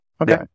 Okay